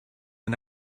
and